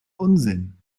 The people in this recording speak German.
unsinn